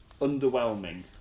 underwhelming